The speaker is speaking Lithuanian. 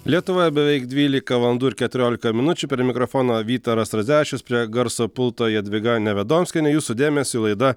lietuvoje beveik dvylika valandų ir keturiolika minučių prie mikrofono vytaras radzevičius prie garso pulto jadvyga nevedomskienė jūsų dėmesiui laida